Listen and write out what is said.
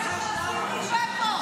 הפלסטיני,